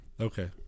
Okay